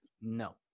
No